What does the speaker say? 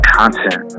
content